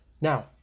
Now